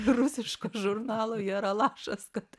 rusiško žurnalo jaralašas kad